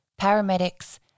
paramedics